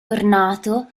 ornato